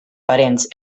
parents